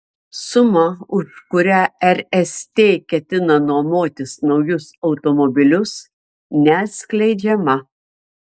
suma už kurią rst ketina nuomotis naujus automobilius neatskleidžiama